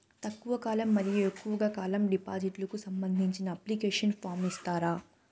తక్కువ కాలం మరియు ఎక్కువగా కాలం డిపాజిట్లు కు సంబంధించిన అప్లికేషన్ ఫార్మ్ ఇస్తారా?